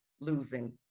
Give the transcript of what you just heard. losing